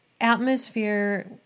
atmosphere